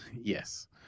Yes